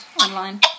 online